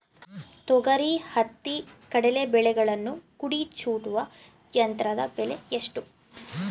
ತೊಗರಿ, ಹತ್ತಿ, ಕಡಲೆ ಬೆಳೆಗಳಲ್ಲಿ ಕುಡಿ ಚೂಟುವ ಯಂತ್ರದ ಬೆಲೆ ಎಷ್ಟು?